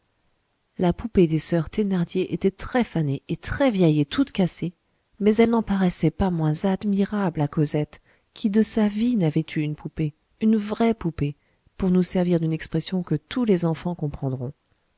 la poupée des soeurs thénardier était très fanée et très vieille et toute cassée mais elle n'en paraissait pas moins admirable à cosette qui de sa vie n'avait eu une poupée une vraie poupée pour nous servir d'une expression que tous les enfants comprendront